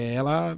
ela